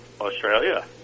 Australia